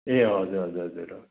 ए हजुर हजुर हजुर हो